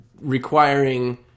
requiring